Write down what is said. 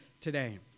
today